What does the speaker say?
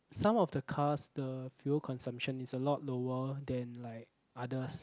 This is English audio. some of the cars the fuel consumption is a lot lower than like others